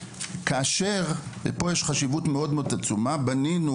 כאשר ופה יש חשיבות עצומה מאוד בנינו